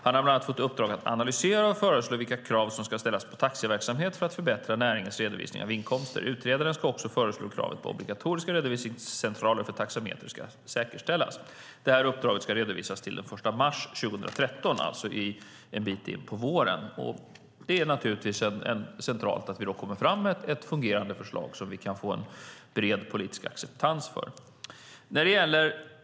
Han har bland annat fått i uppdrag att analysera och föreslå vilka krav som ska ställas på taxiverksamhet för att förbättra näringens redovisning av inkomster. Utredaren ska också föreslå krav på att obligatoriska redovisningscentraler för taxameter ska säkerställas. Det här uppdraget ska redovisas till den 1 mars 2013, alltså en bit in på våren. Det är naturligtvis centralt att vi då kommer fram med ett fungerande förslag som vi kan få en bred politisk acceptans för.